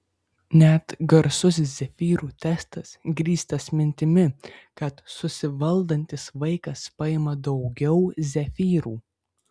net garsusis zefyrų testas grįstas mintimi kad susivaldantis vaikas paima daugiau zefyrų